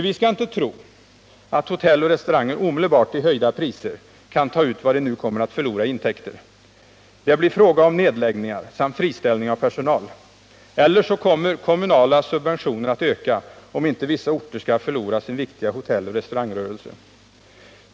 Vi skall inte tro att hotell och restauranger omedelbart i höjda priser kan ta ut vad de nu kommer att förlora i intäkter. Det blir fråga om nedläggningar och friställning av personal eller också måste det bli ökade kommunala subventioner, om inte vissa orter skall förlora sin viktiga hotelloch restaurangrörelse.